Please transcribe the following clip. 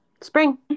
spring